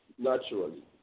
naturally